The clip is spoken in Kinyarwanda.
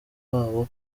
wabo